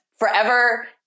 Forever